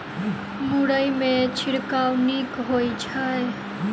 मुरई मे छिड़काव नीक होइ छै?